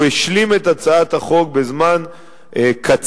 והוא השלים את הצעת החוק בזמן קצר,